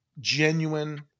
genuine